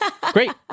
Great